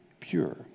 pure